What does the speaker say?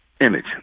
image